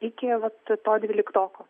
iki vat to dvyliktoko